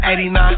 89